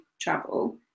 travel